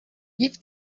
give